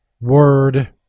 Word